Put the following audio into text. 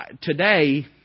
today